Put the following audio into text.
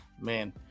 man